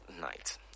night